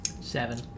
Seven